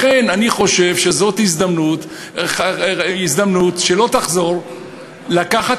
לכן אני חושב שזאת הזדמנות שלא תחזור לקחת